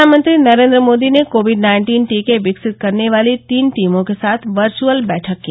प्रधानमंत्री नरेन्द्र मोदी ने Covid nineteen टीके विकसित करने वाली तीन टीमों के साथ वर्चुअल बैठक की